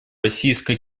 российско